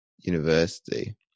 university